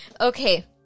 Okay